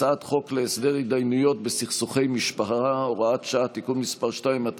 הצעת חוק להסדר התדיינויות בסכסוכי משפחה (הוראת שעה) (תיקון מס' 2),